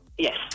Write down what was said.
Yes